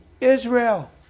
Israel